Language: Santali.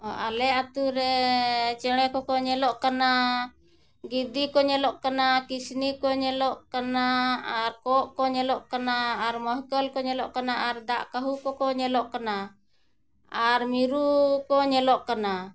ᱚ ᱟᱞᱮ ᱟᱛᱩ ᱨᱮ ᱪᱮᱬᱮ ᱠᱚᱠᱚ ᱧᱮᱞᱚᱜ ᱠᱟᱱᱟ ᱜᱤᱫᱤ ᱠᱚ ᱧᱮᱞᱚᱜ ᱠᱟᱱᱟ ᱠᱤᱥᱱᱤ ᱠᱚ ᱧᱮᱞᱚᱜ ᱠᱟᱱᱟ ᱟᱨ ᱠᱚᱜ ᱠᱚ ᱧᱮᱞᱚᱜ ᱠᱟᱱᱟ ᱟᱨ ᱢᱟᱦᱠᱟᱹᱞ ᱠᱚ ᱧᱮᱞᱚᱜ ᱠᱟᱱᱟ ᱟᱨ ᱫᱟᱜ ᱠᱟᱹᱦᱩ ᱠᱚᱠᱚ ᱧᱮᱞᱚᱜ ᱠᱟᱱᱟ ᱟᱨ ᱢᱤᱨᱩ ᱠᱚ ᱧᱮᱞᱚᱜ ᱠᱟᱱᱟ